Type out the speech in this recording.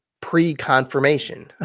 pre-confirmation